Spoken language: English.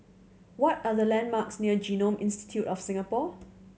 what are the landmarks near Genome Institute of Singapore